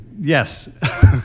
Yes